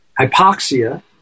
hypoxia